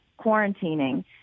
quarantining